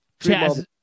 Chaz